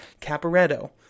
Caporetto